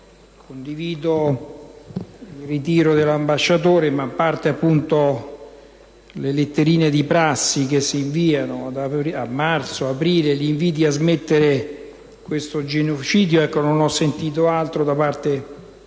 condivido il ritiro dell'ambasciatore, ma a parte le letterine di prassi inviate a marzo ed aprile e gli inviti a smettere questo genocidio, non ho sentito altro da parte del